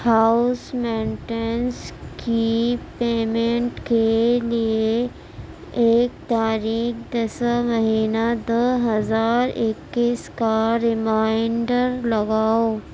house maintenance کی payment کے لیے ایک تاریخ دسواں مہینہ دو ہزار اکیس کا ریمائنڈر لگاؤ